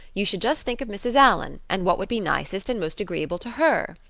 you should just think of mrs. allan and what would be nicest and most agreeable to her,